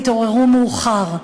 התעוררו מאוחר,